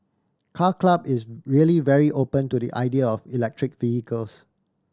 Car Club is really very open to the idea of electric vehicles